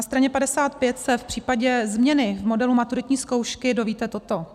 Na straně 55 se v případě změny modelu maturitní zkoušky dozvíte toto: